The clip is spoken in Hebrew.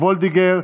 מיכל וולדיגר,